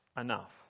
enough